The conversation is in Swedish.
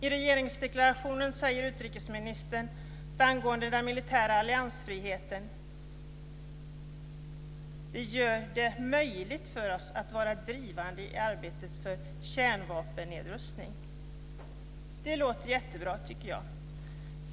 I regeringsdeklarationen säger utrikesministern att den militära alliansfriheten gör det möjligt för oss att vara drivande i arbetet för kärnvapennedrustningen. Det låter jättebra, tycker jag.